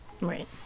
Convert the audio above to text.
Right